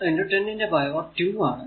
4 10 ന്റെ പവർ 2 ആണ്